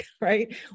right